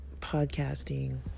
Podcasting